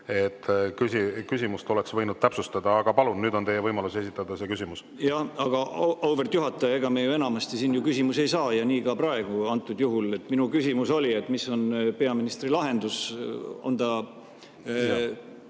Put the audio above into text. et küsimust oleks võinud täpsustada. Aga palun, nüüd on teie võimalus esitada see küsimus. Jah, aga auväärt juhataja, ega me ju enamasti siin [vastuseid] ei saa ja nii ka praegu. Minu küsimus oli, et mis on peaministri lahendus, on ta